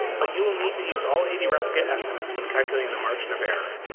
but you will need to use all eighty replicate estimates when calculating the margin of error.